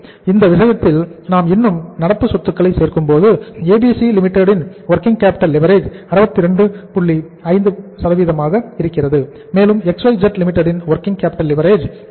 இந்த விஷயத்தில் நாம் இன்னும் நடப்பு சொத்துக்களை சேர்க்கும்போது ABC Limited ன் வொர்கிங் கேப்பிட்டல் லிவரேஜ் 27